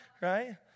right